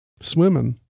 Swimming